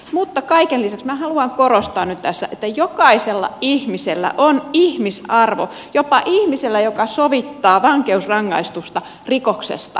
mutta kaiken lisäksi minä haluan korostaa nyt tässä että jokaisella ihmisellä on ihmisarvo jopa ihmisellä joka sovittaa vankeusrangaistusta rikoksesta